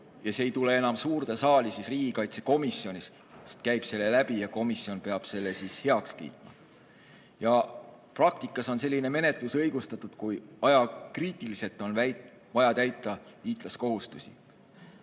ja see ei tule enam suurde saali, siis riigikaitsekomisjonist käib see läbi ja komisjon peab selle heaks kiitma. Praktikas on selline menetlus õigustatud, kui ajakriitiliselt on vaja täita liitlaskohustusi,